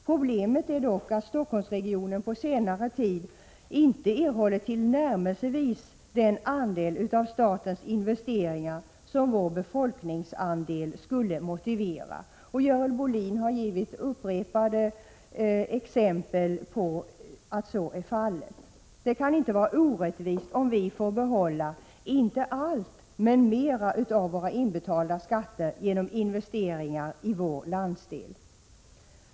Problemet är dock att Stockholmsregionen på senare år inte erhållit till närmelsevis den andel av statens investeringar som vår befolkningsandel skulle motivera. Görel Bohlin har givit upprepade exempel på detta. Det kan inte vara orättvist om vi får behålla, inte allt, men mera av våra inbetalda skatter genom investeringar i vår landsdel.